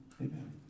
amen